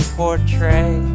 portray